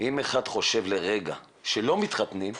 אם אחד חושב לרגע שלא מתחתנים,